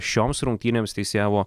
šioms rungtynėms teisėjavo